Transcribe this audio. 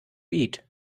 eat